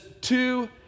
two